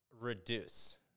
reduce